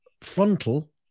frontal